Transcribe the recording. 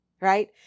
right